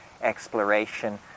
exploration